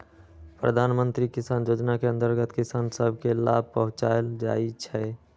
प्रधानमंत्री किसान जोजना के अंतर्गत किसान सभ के लाभ पहुंचाएल जाइ छइ